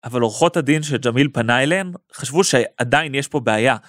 אבל עורכות הדין שג'אמיל פנה אליהן, חשבו שעדיין יש פה בעיה.